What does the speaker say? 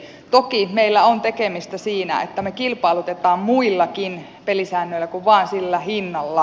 toki meillä on tekemistä siinä että me kilpailutamme muillakin pelisäännöillä kuin vain sillä hinnalla